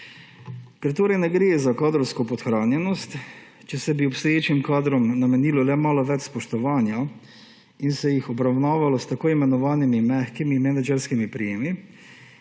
Ker torej ne gre za kadrovsko podhranjenost in bi bilo, če bi se obstoječim kadrom namenilo le malo več spoštovanja in bi se jih obravnavalo s tako imenovanimi mehkimi menedžerskimi prijemi,